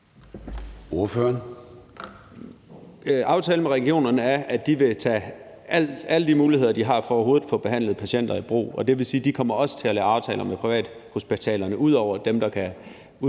Aftalen med regionerne er, at de vil tage alle de muligheder, de har for overhovedet at få behandlet patienter, i brug, og det vil sige, at de også kommer til at lave aftaler med privathospitalerne. Ud over dem, der kan udnytte